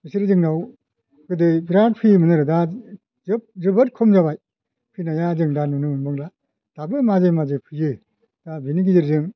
बिसोर जोंनाव गोदो बिराद फैयोमोन आरो दा जोबोर खम जाबाय फैनाया जों दा नुनो मोनबांला दाबो माजे माजे फैयो दा बिनि गेजेरजों